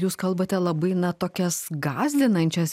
jūs kalbate labai na tokias gąsdinančias